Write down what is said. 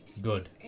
Good